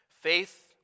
Faith